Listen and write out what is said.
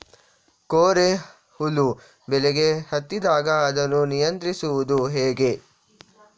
ಕೋರೆ ಹುಳು ಬೆಳೆಗೆ ಹತ್ತಿದಾಗ ಅದನ್ನು ನಿಯಂತ್ರಿಸುವುದು ಹೇಗೆ?